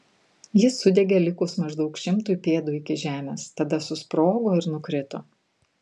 jis sudegė likus maždaug šimtui pėdų iki žemės tada susprogo ir nukrito